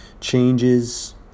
changes